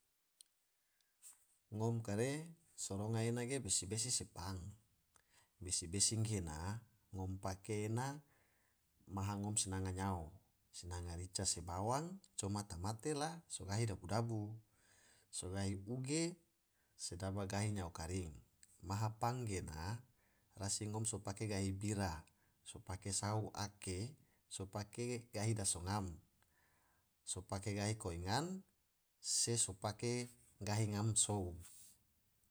Ngom kare so ronga ena ge besi-besi se pang, besi-besi gena ngom pake ena maha ngom sinanga nyao, sinanga rica se bawang coma tamate, la so gahi dabu-dabu so gahi uge sedaba gahi nyao karing, maha pang gena rasi ngom so pake gahi bira, so pake sahu ake, so pake gahi daso ngan, so pake gahi koi ngan. se so pake gahi ngam sou.